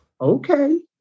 Okay